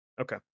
Okay